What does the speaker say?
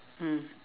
mm